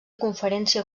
conferència